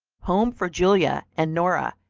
home for julia and nora,